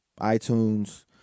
iTunes